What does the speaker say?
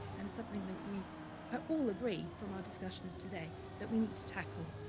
and something that we all agree from our discussions today that we need to tackle.